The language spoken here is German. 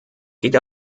geht